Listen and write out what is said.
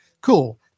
cool